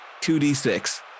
2D6